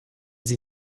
sie